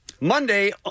Monday